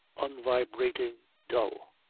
unvibrating, dull.